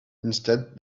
instead